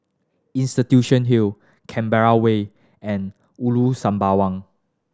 Institution Hill Canberra Way and Ulu Sembawang